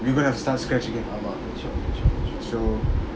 we gonna have to start scratch again so